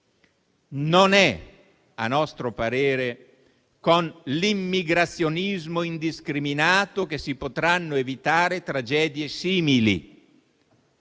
A nostro parere, non è con l'immigrazionismo indiscriminato che si potranno evitare tragedie simili.